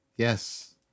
Yes